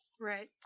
Right